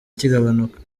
kigabanuka